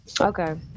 okay